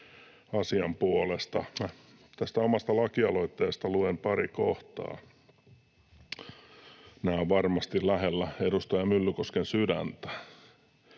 asian puolesta. Tästä omasta lakialoitteesta luen pari kohtaa. Nämä ovat varmasti lähellä edustaja Myllykosken sydäntä.